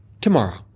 tomorrow